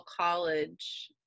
college